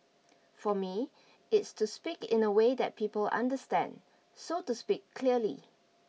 for me it's to speak in a way that people understand so to speak clearly